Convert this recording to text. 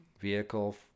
vehicle